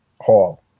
Hall